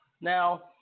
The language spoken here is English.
Now